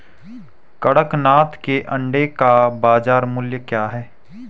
कड़कनाथ के अंडे का बाज़ार मूल्य क्या है?